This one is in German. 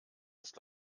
ist